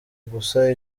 gusa